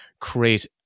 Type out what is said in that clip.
create